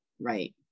right